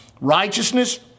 Righteousness